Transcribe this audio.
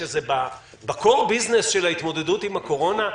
שזה ב"קור-ביזנס" של ההתמודדות עם הקורונה,